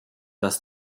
das